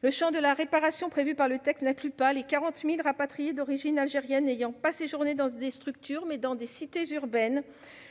Le champ de la réparation prévue par le texte n'inclut pas les 40 000 rapatriés d'origine algérienne n'ayant pas séjourné dans ces structures, mais dans des cités urbaines,